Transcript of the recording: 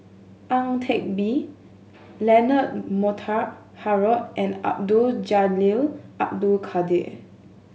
Ang Teck Bee Leonard Montague Harrod and Abdul Jalil Abdul Kadir